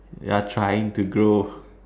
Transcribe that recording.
you're trying to grow